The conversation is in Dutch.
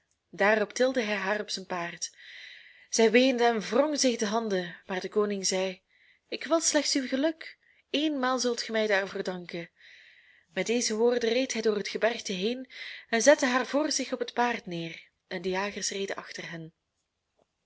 daarop tilde hij haar op zijn paard zij weende en wrong zich de handen maar de koning zei ik wil slechts uw geluk eenmaal zult ge mij daarvoor danken met deze woorden reed hij door het gebergte heen en zette haar voor zich op het paard neer en de jagers reden achter hen